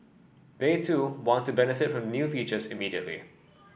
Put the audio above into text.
they too want to benefit from new features immediately